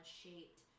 shaped